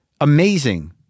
amazing